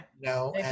No